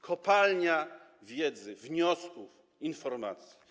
Kopalnia wiedzy, wniosków, informacji.